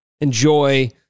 enjoy